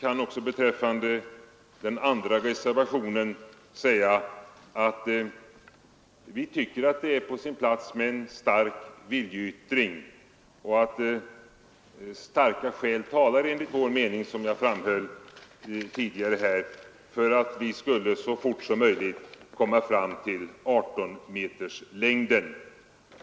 Jag kan även beträffande reservationen 1 säga att vi tycker att det är på sin plats med en stark viljeyttring och att, som jag framhöll tidigare, starka skäl talar för att vi skulle så snart som möjligt genomföra 18-metersgränsen.